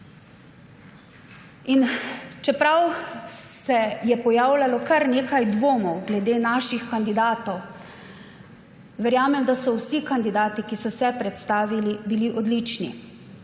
Čeprav se je pojavljalo kar nekaj dvomov glede naših kandidatov, verjamem, da so bili vsi kandidati, ki so se predstavili, odlični,